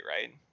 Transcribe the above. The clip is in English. right